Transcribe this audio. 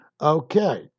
Okay